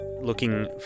looking